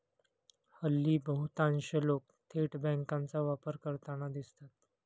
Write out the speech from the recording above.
हल्ली बहुतांश लोक थेट बँकांचा वापर करताना दिसतात